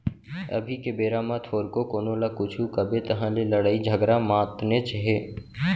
अभी के बेरा म थोरको कोनो ल कुछु कबे तहाँ ले लड़ई झगरा मातनेच हे